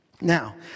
Now